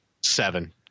seven